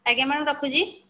ଆଜ୍ଞା ମ୍ୟାଡ଼ମ୍ ରଖୁଛି